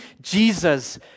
Jesus